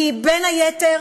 כי בין היתר